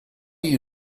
you